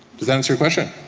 does that answer your question?